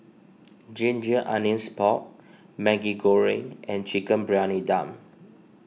Ginger Onions Pork Maggi Goreng and Chicken Briyani Dum